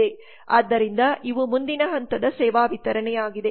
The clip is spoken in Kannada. ಆದ್ದರಿಂದ ಇವು ಮುಂದಿನ ಹಂತದ ಸೇವಾ ವಿತರಣೆಯಾಗಿದೆ